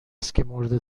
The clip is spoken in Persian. تعرض